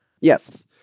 Yes